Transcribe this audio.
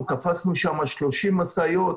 תפסנו שם 30 משאיות,